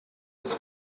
his